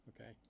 Okay